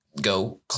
go